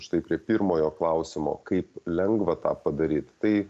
štai prie pirmojo klausimo kaip lengva tą padaryt tai